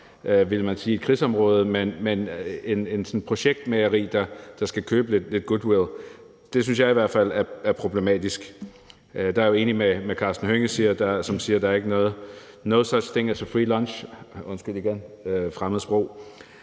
– men altså et projektmageri, der skal købe lidt goodwill. Det synes jeg i hvert fald er problematisk. Der er jeg enig med hr. Karsten Hønge, som siger, at der er no such thing as a free lunch – undskyld igen at bruge